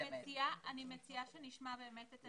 אני מציעה שנשמע אותם.